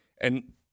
And-